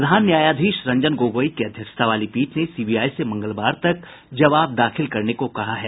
प्रधान न्यायाधीश रंजन गोगोई की अध्यक्षता वाली पीठ ने सीबीआई से मंगलवार तक जवाब दाखिल करने को कहा है